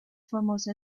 famosa